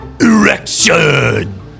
erection